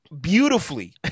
beautifully